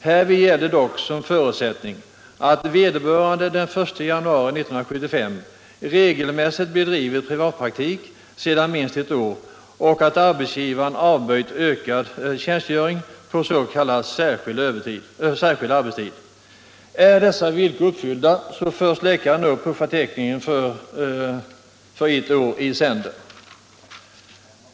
Härvid gäller dock som förutsättning att vederbörande den 1 januari 1975 regelmässigt bedrivit privatpraktik sedan minst ett år och att arbetsgivaren avböjt ökad tjänstgöring på s.k. särskild arbetstid. Är dessa villkor uppfyllda förs läkaren upp på förteckningen för ett år i sänder.